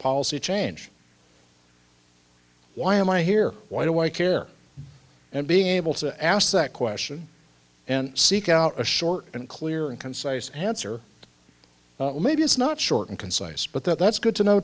policy change why am i here why do i care and being able to ask that question and seek out a short and clear and concise answer maybe it's not short and concise but that's good to know